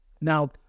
now